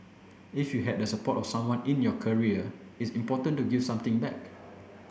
if you had the support of someone in your career it's important to give something back